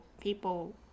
people